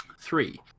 three